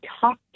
talk